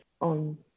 on